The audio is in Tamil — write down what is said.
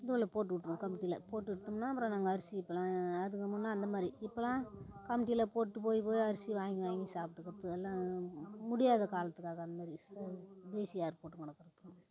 இதுவில போட்டு விட்ருவோம் கமிட்டியில் போட்டு விட்டோம்னா அப்புறம் நாங்கள் அரிசி இப்போல்லாம் அதுக்கு முன்னே அந்த மாதிரி இப்போல்லாம் கமிட்டியில் போட்டு போய் போய் அரிசி வாங்கி வாங்கி சாப்பிட்டுக்கறது எல்லாம் முடியாத காலத்துக்கு அது அந்த மாதிரி ஸ் பிசிஆர் போட்டுக்கணும்